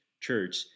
church